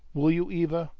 will you, eva?